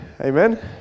Amen